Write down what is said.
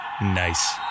Nice